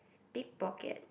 pick pocket